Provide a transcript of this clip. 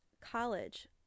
College